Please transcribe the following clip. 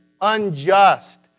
unjust